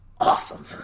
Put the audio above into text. awesome